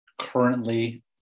currently